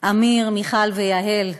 אמיר, מיכל ויהל,